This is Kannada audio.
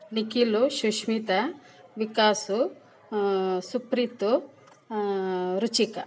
ನಿಕಿಲು ಶುಶ್ಮಿತ ವಿಕಾಸು ಸುಪ್ರೀತು ರುಚಿಕ